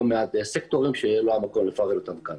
מעט סקטורים שלא המקום לפרט אותם כאן.